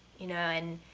you know, and